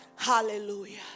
Hallelujah